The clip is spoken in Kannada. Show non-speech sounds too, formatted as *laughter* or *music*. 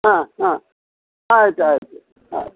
ಹಾಂ ಹಾಂ ಆಯ್ತು ಆಯ್ತು *unintelligible*